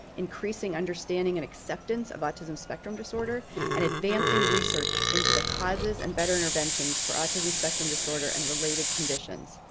increasing understanding and ab septemberance of autism spectrum disorder and advancing research into the causes and better interventions for autism spectrum disorder and related conditions.